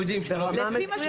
אנחנו יודעים שלא מתקיים.